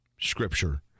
scripture